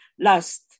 Last